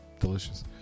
delicious